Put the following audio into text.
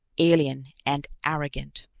alien and arrogant.